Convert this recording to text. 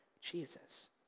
Jesus